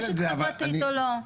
רשת חברתית או לא.